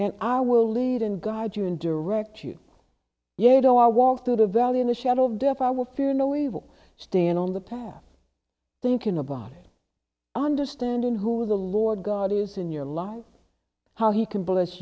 and i will lead and guide you and direct you yet all our walk through the valley in the shadow of death i will fear no evil stand on the path thinking about understanding who the lord god is in your life how he can bless